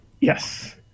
Yes